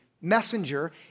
messenger